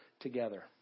together